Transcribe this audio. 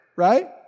right